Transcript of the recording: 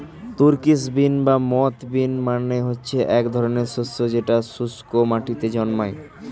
Turkish bean বা moth bean মানে হচ্ছে এক ধরনের শস্য যেটা শুস্ক মাটিতে জন্মায়